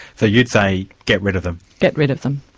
so you'd say, get rid of them? get rid of them.